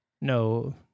no